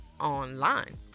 online